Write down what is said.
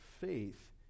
faith